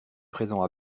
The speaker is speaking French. présent